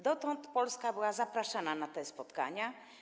Dotąd Polska była zapraszana na te spotkania.